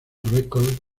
records